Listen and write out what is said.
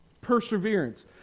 perseverance